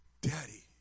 Daddy